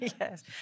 Yes